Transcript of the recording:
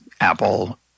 Apple